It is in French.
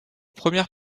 première